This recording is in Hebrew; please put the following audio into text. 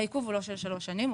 העיכוב הוא לא של שלוש שנים.